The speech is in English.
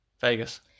Vegas